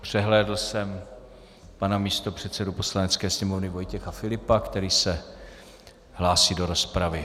Přehlédl jsem pana místopředsedu Poslanecké sněmovny Vojtěcha Filipa, který se hlásí do rozpravy.